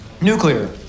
Nuclear